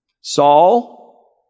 Saul